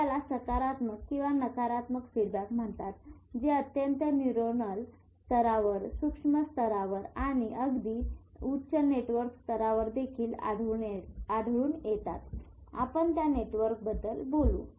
तर याला सकारात्मक किंवा नकारात्मक फीडबॅक म्हणतात जे अत्यंत न्यूरोनल स्तरावर सूक्ष्म स्तरावर आणि अगदी उच्च नेटवर्क स्तरावर देखील आढळून येतात आपण त्या नेटवर्कबद्दल बोलू